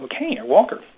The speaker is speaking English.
walker